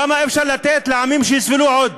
כמה אפשר לתת לעמים שיסבלו עוד?